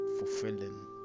fulfilling